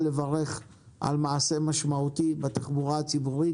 לברך על מעשה משמעותי בתחבורה הציבורית.